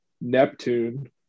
neptune